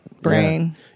brain